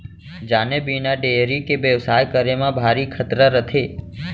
जाने बिना डेयरी के बेवसाय करे म भारी खतरा रथे